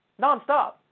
nonstop